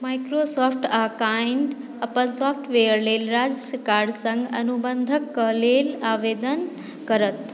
Microsoft आ काइन्ड अपन सॉफ्टवेयर लेल राज्य सरकार सङ्ग अनुबन्धक लेल आवेदन करत